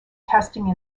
testing